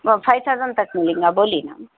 وہ five thousand تک ملیں گی آپ بولی نا